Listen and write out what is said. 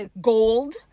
gold